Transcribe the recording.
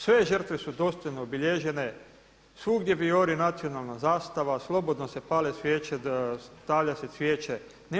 Sve žrtve su dostojno obilježene, svugdje vijori nacionalna zastava, slobodno se pale svijeće, stavlja se cvijeće.